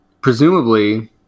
presumably